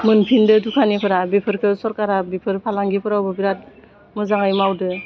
मोनफिनदो दुखानिफोरा बेफोरखो सरकारा बिफोर फालांगिफोरावबो बिरात मोजाङै मावदो